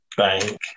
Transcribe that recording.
bank